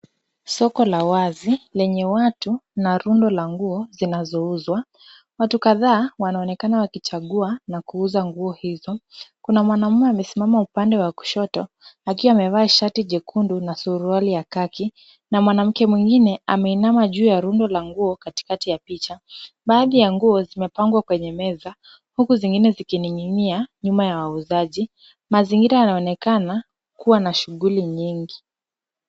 Soko la wazi lenye watu na rundo la nguo zinazouzwa. watu kadhaa wanaonekana wakichakua na kuuza nguo hizo. kuna mwanamme amesimama upande wa kushoto akiwa amevaa shati jekundu na suruali ya kaki na mwanamke mwingine ameinama juu ya rundo la nguo katikati ya picha baadhi ya nguo zimepangwa kwenye meza huku zingine zikining'inia nyuma ya wauzaji. mazingira yanaonekana kuwa na shughuli nyingi.